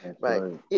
right